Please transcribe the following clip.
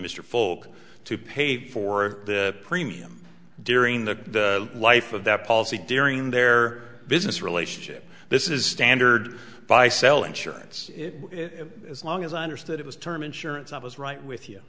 mr fuld to pay for the premium during the life of that policy during their business relationship this is standard by sell insurance as long as i understood it was term insurance i was right with you